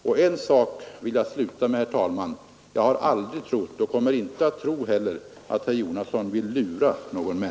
Och jag har aldrig trott och kommer heller aldrig att tro att herr Jonasson vill lura någon.